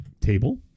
table